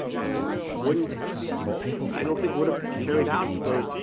and wouldn't i? don't think would have carried out those,